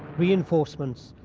reinforcements,